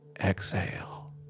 exhale